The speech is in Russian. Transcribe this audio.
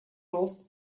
рост